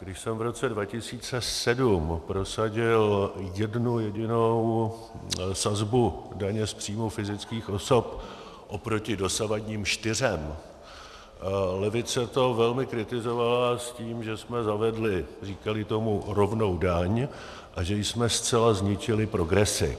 Když jsem v roce 2007 prosadil jednu jedinou sazbu daně z příjmů fyzických osob oproti dosavadním čtyřem, levice to velmi kritizovala s tím, že jsme zavedli říkali tomu rovnou daň a že jsme zcela zničili progresi.